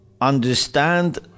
understand